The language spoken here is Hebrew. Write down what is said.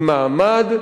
עם מעמד,